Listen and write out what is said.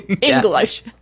English